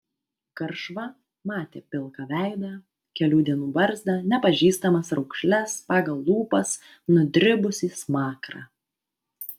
garšva matė pilką veidą kelių dienų barzdą nepažįstamas raukšles pagal lūpas nudribusį smakrą